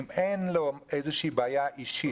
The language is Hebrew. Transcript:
אם אין לו איזושהי בעיה אישית,